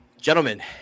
Gentlemen